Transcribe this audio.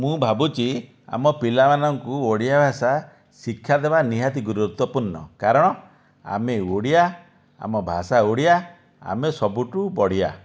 ମୁଁ ଭାବୁଛି ଆମ ପିଲାମାନଙ୍କୁ ଓଡ଼ିଆ ଭାଷା ଶିକ୍ଷା ଦେବା ନିହାତି ଗୁରୁତ୍ୱପୂର୍ଣ୍ଣ କାରଣ ଆମେ ଓଡ଼ିଆ ଆମ ଭାଷା ଓଡ଼ିଆ ଆମେ ସବୁଠୁ ବଢ଼ିଆ